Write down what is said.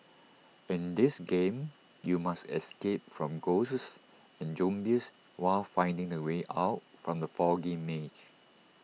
in this game you must escape from ghosts and zombies while finding the way out from the foggy maze